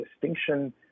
distinction